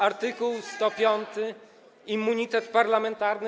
Art. 105 - immunitet parlamentarny.